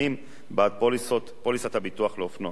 בעד פוליסת הביטוח לאופנוע,